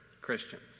Christians